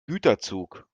güterzug